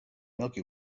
milky